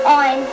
on